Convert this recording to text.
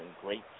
great